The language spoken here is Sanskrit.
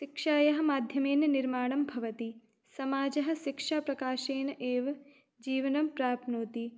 शिक्षायाः माध्यमेन निर्माणं भवति समाजः शिक्षाप्रकाशेन एव जीवनं प्राप्नोति